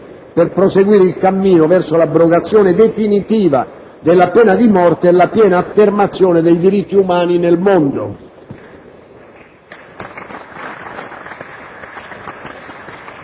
per proseguire il cammino verso l'abrogazione definitiva della pena di morte e la piena affermazione dei diritti umani nel mondo.